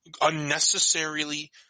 unnecessarily